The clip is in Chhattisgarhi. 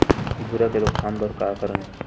भूरा के रोकथाम बर का करन?